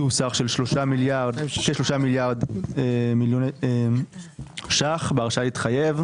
סך של 3 מיליארד ₪ בהרשאה להתחייב,